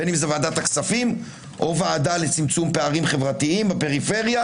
בין אם זאת ועדת הכספים או הוועדה לצמצום פערים חברתיים בפריפריה